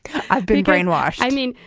i've been greenwash. i mean,